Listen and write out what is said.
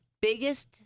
biggest